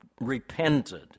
repented